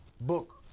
book